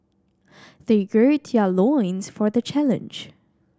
they gird their loins for the challenge